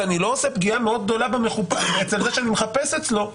ואני לא עושה פגיעה מאוד גדולה אצל זה שאני מחפש אצלו,